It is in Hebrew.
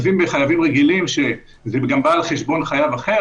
אז אם בחייבים רגילים שזה בא על חשבונו של חייב אחר,